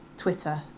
Twitter